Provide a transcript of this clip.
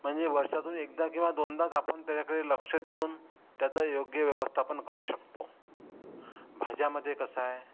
म्हणजे वर्षातून एकदा किंवा दोनदाच आपण त्याच्याकडे लक्ष देऊन त्याचा योग्य व्यवस्थापन करू शकतो भाज्यामध्ये कसं आहे